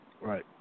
Right